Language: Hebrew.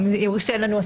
אם יורשה לנו,